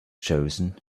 chosen